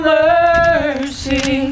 mercy